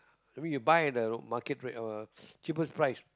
that mean you buy at the market rate uh cheapest price